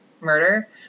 murder